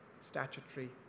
statutory